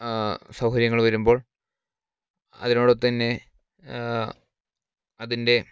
സൗകര്യങ്ങൾ വരുമ്പോൾ അതിനോടൊത്ത് തന്നെ അതിൻ്റെ